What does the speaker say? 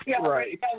Right